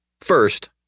first